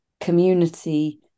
community